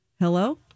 Hello